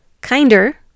kinder